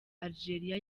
algeria